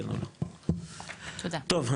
טוב,